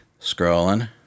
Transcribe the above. Scrolling